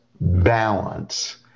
balance